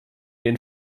den